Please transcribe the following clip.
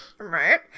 Right